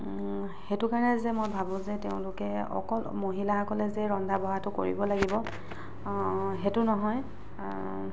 সেইটো কৰণে যে মই ভাবো যে তেওঁলোকে অকল মহিলাসকলে যে ৰন্ধা বঢ়াটো কৰিব লাগিব সেইটো নহয়